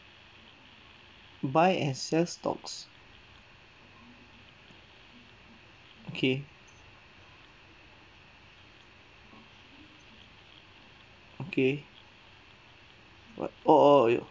buy and sell stocks okay okay what orh orh your